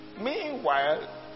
Meanwhile